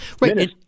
right